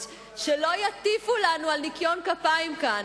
אז שלא יטיפו לנו על ניקיון כפיים כאן.